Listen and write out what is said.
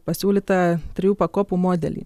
pasiūlytą trijų pakopų modelį